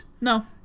No